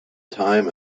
time